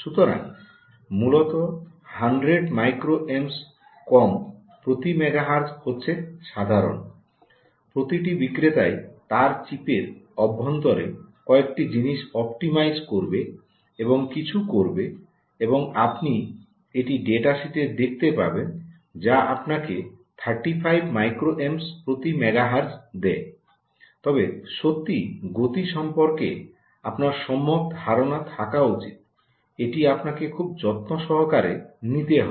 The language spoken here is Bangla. সুতরাং মূলত 100 মাইক্রো অ্যাম্পস 𝛍A কম প্রতি মেগা হার্টজ হচ্ছে সাধারণ প্রতিটি বিক্রেতাই তার চিপের অভ্যন্তরে কয়েকটি জিনিস অপটিমাইজ করবে এবং কিছু করবে এবং আপনি এটি ডেটাশিটে দেখতে পাবেন যা আপনাকে 35 মাইক্রো অ্যাম্পস 𝛍A প্রতি মেগাহের্টজ দেয় তবে সত্যিই গতি সম্পর্কে আপনার সম্যক ধারণা থাকা উচিত এটি আপনাকে খুব যত্ন সহকারে নিতে হবে